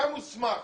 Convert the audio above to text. אתה מוסמך